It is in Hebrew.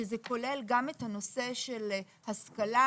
שזה כולל גם את הנושא של השכלה,